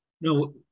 No